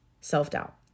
self-doubt